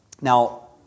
Now